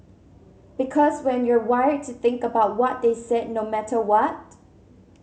because when you're wired to think about what they said no matter what